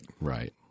Right